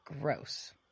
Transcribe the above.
Gross